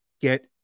get